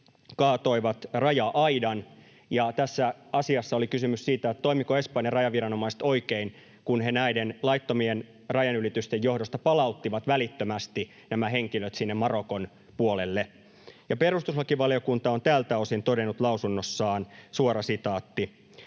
kaatoivat raja-aidan, ja tässä asiassa oli kysymys siitä, toimivatko Espanjan rajaviranomaiset oikein, kun he näiden laittomien rajanylitysten johdosta palauttivat välittömästi nämä henkilöt Marokon puolelle. Perustuslakivaliokunta on tältä osin todennut lausunnossaan: ”Espanja ei